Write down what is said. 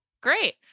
great